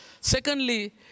Secondly